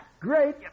Great